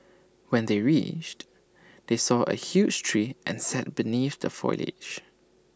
when they reached they saw A huge tree and sat beneath the foliage